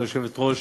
ליושבת-ראש,